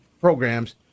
programs